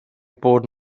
bod